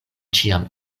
ĉiam